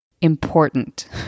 important